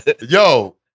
Yo